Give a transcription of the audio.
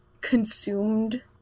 consumed